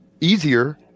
easier